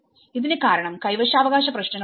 ഇതിന് കാരണം കൈവശാവകാശ പ്രശ്നങ്ങൾ ആവാം